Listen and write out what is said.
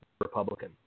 Republican